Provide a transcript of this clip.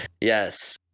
Yes